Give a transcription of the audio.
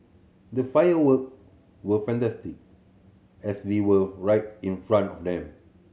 the firework were fantastic as we were right in front of them